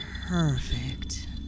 perfect